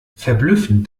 verblüffend